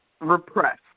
repressed